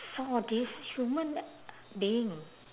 saw this human being